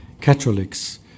Catholics